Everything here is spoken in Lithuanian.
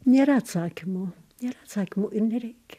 nėra atsakymo nėra atsakymo ir nereikia